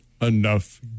enough